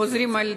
חוזרים אל הדרום.